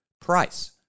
Price